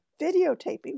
videotaping